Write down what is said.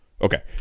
Okay